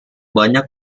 banyak